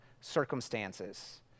circumstances